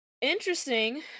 interesting